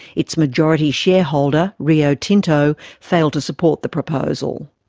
its majority shareholder, rio tinto, failed to support the proposal.